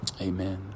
amen